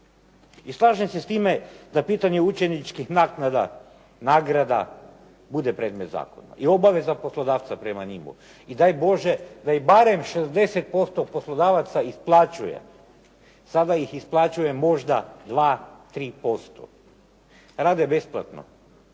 I slažem se s time da pitanje učeničkih naknada, nagrada bude predmet zakona, i obaveza poslodavca prema njemu. I daj Bože da barem 60% poslodavaca ih isplaćuje. Sada ih isplaćuje možda 2, tri posto. Rade besplatno.